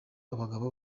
abagabo